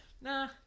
Nah